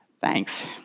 Thanks